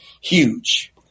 huge